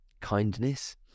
kindness